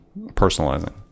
personalizing